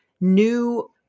new